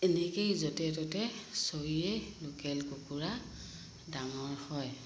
এনেকেই য'তে ত'তে চৰিয়ে লোকেল কুকুৰা ডাঙৰ হয়